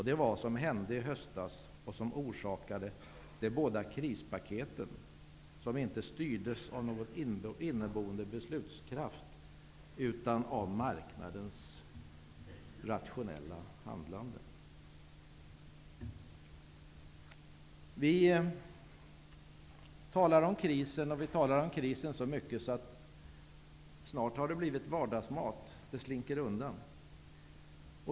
Det var vad som hände i höstas, vilket resulterade i de båda krispaketen, som inte styrdes av någon inneboende beslutskraft, utan av marknadens rationella handlande. Vi talar om krisen. Vi talar så mycket om krisen att den snart har blivit vardagsmat. Den slinker undan.